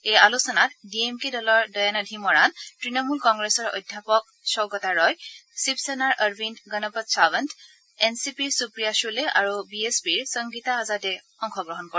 এই আলোচনাত ডিএমকে দলৰ দয়ানিধি মৰাণ তৃণমূল কংগ্ৰেছৰ অধ্যাপক সৌগতা ৰয় শিব সেনাৰ অৰবিন্দ গণপত চাৱন্ত এনচিপিৰ সুপ্ৰিয়া শুলে আৰু বিএছপিৰ সংগীতা আজাদে অংশগ্ৰহণ কৰে